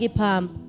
pump